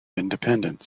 independence